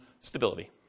stability